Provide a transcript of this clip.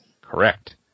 Correct